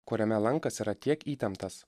kuriame lankas yra tiek įtemptas